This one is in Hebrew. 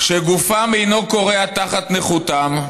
אני מתנצל בפניכם.